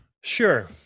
Sure